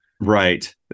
Right